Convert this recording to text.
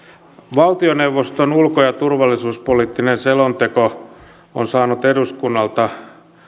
valtioneuvoston ulko ja turvallisuuspoliittinen selonteko on saanut eduskunnalta